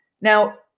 Now